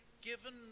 given